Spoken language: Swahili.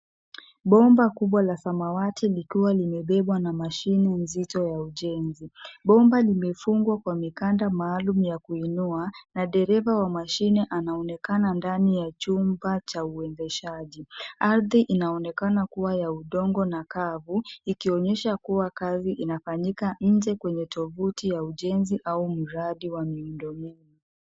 Bomba kubwa la samawati likiwa limebebwa na mashine nzito wa ujenzi. Bomba limefungwa kwa mikanda maalum ya kuinua na dereva wa mashine anaonekana ndani ya chumba cha uendeshaji. Ardhi inaonekana kuwa ya udongo na kavu ikionyesha kuwa kazi inafanyika nje kwenye tovuti ya uejnzi au mradi wa miundo mbinu.